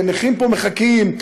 נכים פה מחכים,